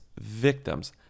victims